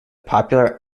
popular